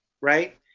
right